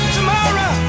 tomorrow